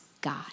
God